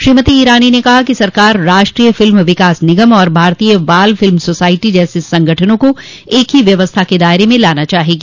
श्रीमती ईरानी ने कहा कि सरकार राष्ट्रीय फिल्म विकास निगम और भारतीय बाल फिल्म सोसायटी जैसे संगठनों को एक ही व्यवस्था के दायरे में लाना चाहिए